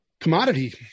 commodity